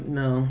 no